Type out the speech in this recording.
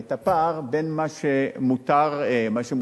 את הפער עד מה שמותר היום.